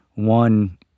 One